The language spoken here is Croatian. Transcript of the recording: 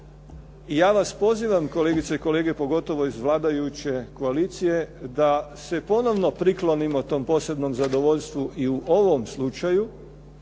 ja vas pozivam kolegice i kolege, pogotovo iz vladajuće koalicije da se ponovno priklonimo tom posebnom zadovoljstvu i u ovom slučaju,